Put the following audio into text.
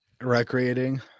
recreating